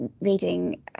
reading